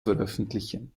veröffentlichen